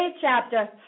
chapter